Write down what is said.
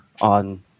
on